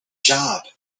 job